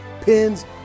pins